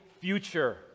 future